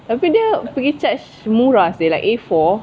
tapi dia pergi charge murah seh like A four